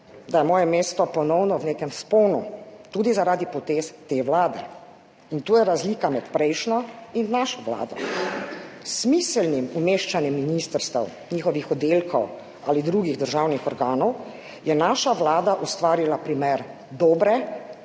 da je moje mesto ponovno v nekem vzponu, tudi zaradi potez te vlade, in to je razlika med prejšnjo in našo vlado. S smiselnim umeščanjem ministrstev, njihovih oddelkov ali drugih državnih organov je naša vlada ustvarila primer dobre,